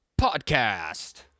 podcast